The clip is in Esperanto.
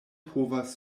povas